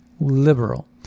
liberal